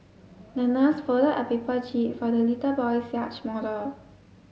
the nurse folded a paper jib for the little boy's yacht model